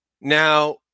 Now